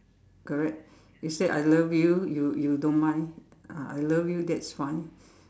correct you say I love you you you don't mind ah I love you that's fine